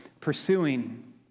pursuing